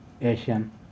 Asian